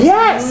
Yes